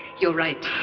you're right.